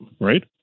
right